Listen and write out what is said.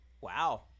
Wow